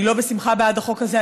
אני לא בשמחה בעד החוק הזה,